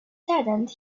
saddened